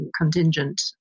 contingent